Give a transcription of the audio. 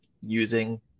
using